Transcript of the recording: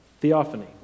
Theophany